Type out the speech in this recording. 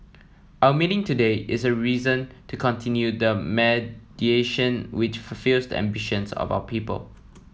our meeting today is a reason to continue the mediation which fulfils the ambitions of our people